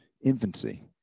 infancy